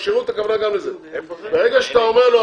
ברגע שאתה אומר לו,